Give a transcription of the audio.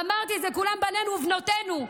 אמרתי את זה: כולם בנינו ובנותינו,